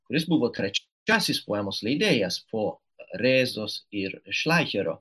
kuris buvo trečiasis poemos leidėjas po rėzos ir šleicherio